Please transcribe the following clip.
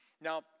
now